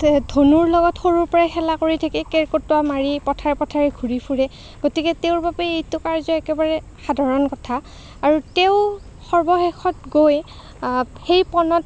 ধনুৰ লগত সৰুৰে পৰা খেলা কৰি থাকে কেৰ্কেটুৱা মাৰি পথাৰে পথাৰে ঘূৰি ফুৰে গতিকে তেওঁৰ বাবে এইটো কাৰ্য একেবাৰে সাধাৰণ কথা আৰু তেওঁ সৰ্বশেষত গৈ সেই পণত